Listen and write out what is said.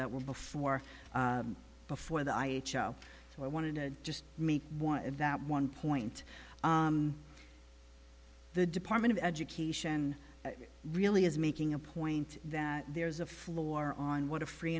that were before before the i h o so i wanted to just make one that one point the department of education really is making a point that there's a floor on what a free